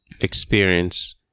experience